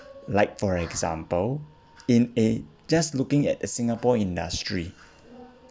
like for example in a just looking at a singapore industry